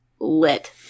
lit